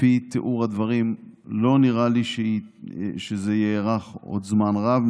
לפי תיאור הדברים לא נראה לי שזה יארך עוד זמן רב,